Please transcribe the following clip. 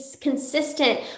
consistent